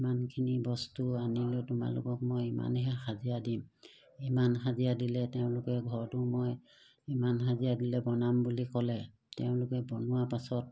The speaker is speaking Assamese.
ইমানখিনি বস্তু আনিলে তোমালোকক মই ইমানেহে হাজিৰা দিম ইমান হাজিৰা দিলে তেওঁলোকে ঘৰচো মই ইমান হাজিৰা দিলে বনাম বুলি ক'লে তেওঁলোকে বনোৱা পাছত